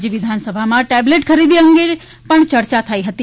આજે વિધાનસભામાં ટેબલેટ ખરીદી અંગે પણ ચર્ચા થઇ હતી